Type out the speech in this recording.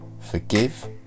Forgive